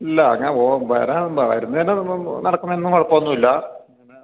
ഇല്ല ഞാൻ ഓ വരാ വരുന്നതിനും നടക്കുന്നതിനൊന്നും കുഴപ്പമൊന്നും ഇല്ല പിന്നെ